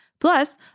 Plus